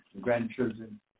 grandchildren